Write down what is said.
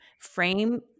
frame